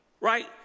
right